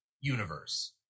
universe